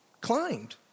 climbed